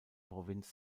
provinz